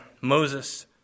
Moses